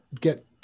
get